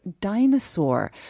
dinosaur